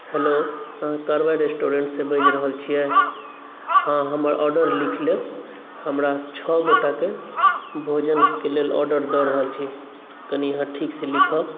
hello आहाँ Karwan restaurant सँ बाजि रहल छियै हाँ हमर आर्डर लिख लेब हमरा छोओ गोटाके भोजनके लेल आर्डर दऽ रहल छी कनी आहाँ ठीकसँ लिखब